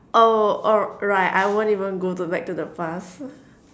oh oh right I won't even go to back to the past